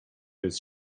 jest